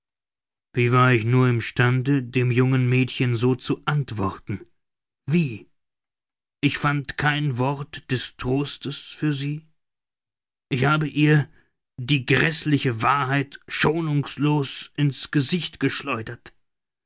wie war ich nur im stande dem jungen mädchen so zu antworten wie ich fand kein wort des trostes für sie ich habe ihr die gräßliche wahrheit schonungslos in's gesicht geschleudert